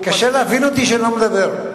קשה להבין אותי כשאני לא מדבר.